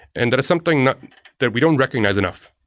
and that is something that that we don't recognize enough.